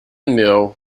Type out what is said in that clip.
meal